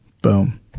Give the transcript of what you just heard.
Boom